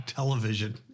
television